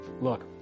Look